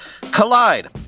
Collide